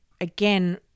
again